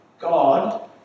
God